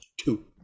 Two